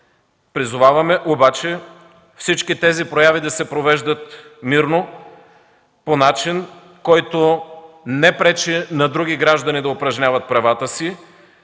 Призоваваме обаче всички тези прояви да се провеждат мирно – по начин, който не пречи на други граждани да управляват правата си,